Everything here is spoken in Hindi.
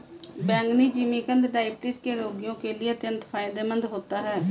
बैंगनी जिमीकंद डायबिटीज के रोगियों के लिए अत्यंत फायदेमंद होता है